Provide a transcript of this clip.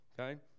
okay